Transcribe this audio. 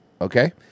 Okay